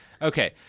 Okay